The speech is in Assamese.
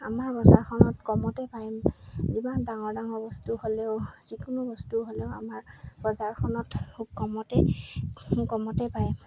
আমাৰ বজাৰখনত কমতে পায় যিমান ডাঙৰ ডাঙৰ বস্তু হ'লেও যিকোনো বস্তু হ'লেও আমাৰ বজাৰখনত কমতে কমতে পায়